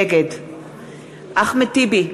נגד אחמד טיבי,